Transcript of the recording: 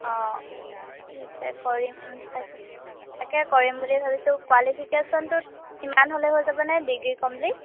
অঁ ঠিক আছে কৰিম তাকে তাকে কৰিম বুলি ভাবিছো কোৱালিফিকেশ্যনটোত ইমান হ'লেই হৈ যাব নে ডিগ্ৰী কমপ্লিট